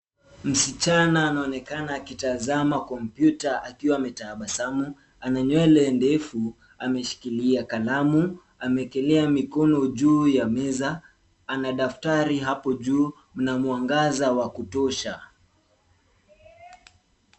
Msichana anaonekana akitazama kompyuta akiwa ametabasamu. Ana nywele ndefu, ameshikilia kalamu. Ameekelea mikono juu ya meza. Ana daftari hapo juu na mwangaza wa kutosha.